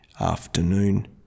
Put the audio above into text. afternoon